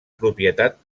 propietat